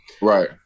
Right